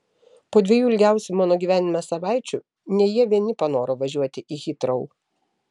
po dviejų ilgiausių mano gyvenime savaičių ne jie vieni panoro važiuoti į hitrou